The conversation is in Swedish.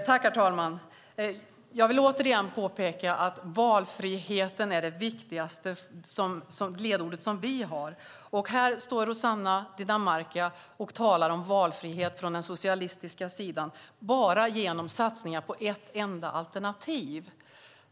Herr talman! Jag vill återigen påpeka att valfriheten är vårt viktigaste ledord, och här står Rosanna Dinamarca och talar om valfrihet från den socialistiska sidan bara genom satsningar på ett enda alternativ.